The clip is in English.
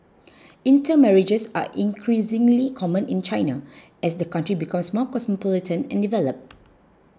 intermarriages are increasingly common in China as the country becomes more cosmopolitan and developed